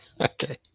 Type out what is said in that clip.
Okay